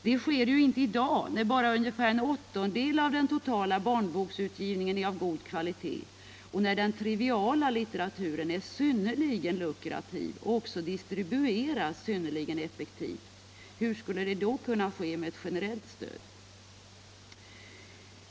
Det sker ju inte i dag, när bara ca en åttondel av den totala barnboksutgivningen är av god kvalitet och när den triviala litteraturen är synnerligen lukrativ och också distribueras synnerligen effektivt. Hur skulle det då kunna ske med ett generellt stöd?